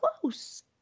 close